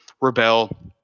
rebel